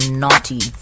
naughty